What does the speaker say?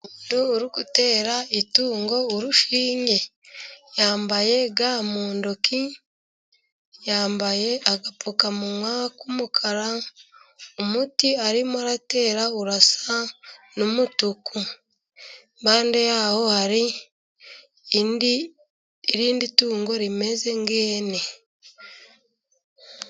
Umuntu uri gutera itungo urushinge, yambaye ga mu ntoki ,yambaye agapfukamunwa k'umukara ,umuti arimo aratera urasa n'umutuku ,impande yaho hari irindi tungo rimeze nk'ihene.